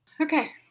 okay